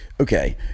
Okay